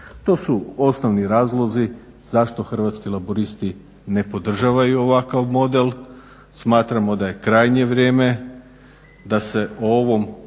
To su osnovni razlozi zašto Hrvatski laburisti ne podržavaju ovakav model. Smatramo da je krajnje vrijeme da se o ovom